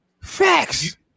Facts